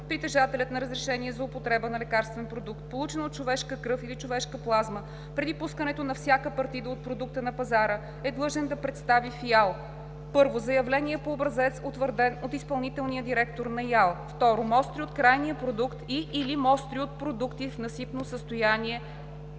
Притежателят на разрешение за употреба на лекарствен продукт, получен от човешка кръв или човешка плазма, преди пускането на всяка партида от продукта на пазара е длъжен да представи в ИАЛ: 1. заявление по образец, утвърден от изпълнителния директор на ИАЛ; 2. мостри от крайния продукт и/или мостри от продукта в насипно състояние/неразлят